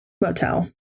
motel